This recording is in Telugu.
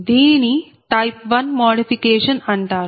దీనిని టైప్ 1 మాడిఫికేషన్ అంటారు